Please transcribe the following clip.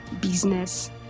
business